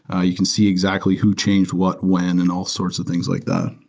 ah you can see exactly who changed what when and all sorts of things like that.